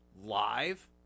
live